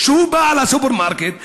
שהוא בעל הסופרמרקט,